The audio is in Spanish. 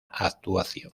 actuación